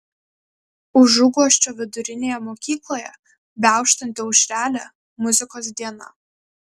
užuguosčio vidurinėje mokykloje beauštanti aušrelė muzikos diena